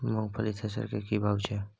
मूंगफली थ्रेसर के की भाव छै?